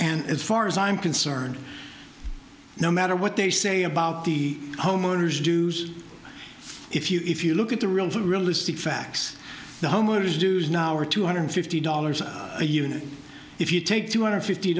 and as far as i'm concerned no matter what they say about the homeowner's dues if you if you look at the real realistic facts the home owners dues now are two hundred fifty dollars a unit if you take two hundred fifty